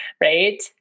right